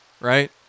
right